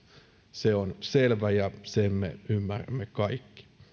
se on selvä ja sen me ymmärrämme kaikki